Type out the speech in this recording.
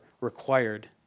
required